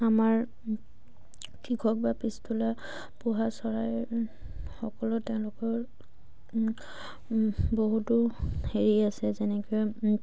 আমাৰ কৃষক বা পিছতলা পোহা চৰাইৰ সকলো তেওঁলোকৰ বহুতো হেৰি আছে যেনেকৈ